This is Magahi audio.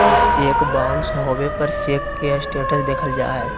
चेक बाउंस होबे पर चेक के स्टेटस देखल जा हइ